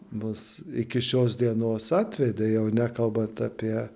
mus iki šios dienos atvedė jau nekalbant apie